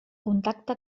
contacte